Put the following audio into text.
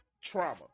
trauma